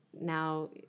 now